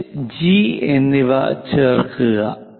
H G H G എന്നിവ ചേർക്കുക